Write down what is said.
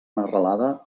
arrelada